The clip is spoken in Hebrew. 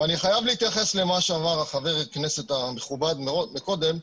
אני חייב להתייחס למה שאמר חבר הכנסת המכובד מאוד מקודם.